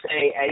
say